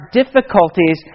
difficulties